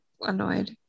annoyed